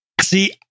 See